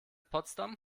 potsdam